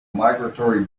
migratory